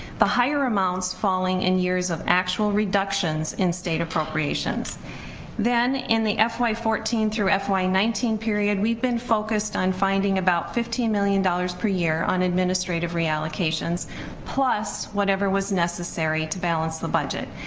the higher amounts falling in years of actual reductions in state appropriations then in the fy fourteen through fy nineteen period, we've been focused on finding about fifteen million dollars per year on administrative reallocations plus whatever was necessary to balance the budget,